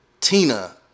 Tina